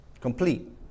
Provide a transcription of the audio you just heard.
Complete